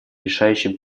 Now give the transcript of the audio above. решающим